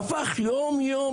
זה הפך ליום-יום,